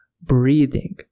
breathing